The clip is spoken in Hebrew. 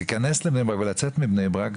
להיכנס לבני ברק ולצאת מבני ברק,